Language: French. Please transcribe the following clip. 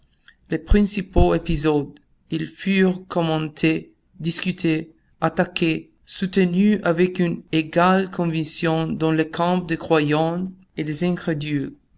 les principaux épisodes qui furent commentés discutés attaqués soutenus avec une égale conviction dans le camp des croyants et des